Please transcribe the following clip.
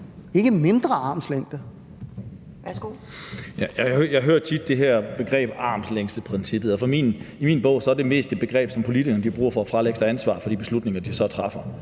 Boje Mathiesen (NB): Jeg hører tit det her begreb armslængdeprincippet. Og i min bog er det mest et begreb, som politikerne bruger til at fralægge sig ansvaret for de beslutninger, som de så træffer.